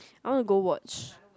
I want to go watch